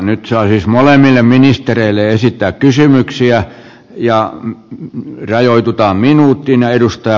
nyt saa siis molemmille ministereille esittää kysymyksiä ja rajoitutaan minuuttiin